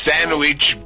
Sandwich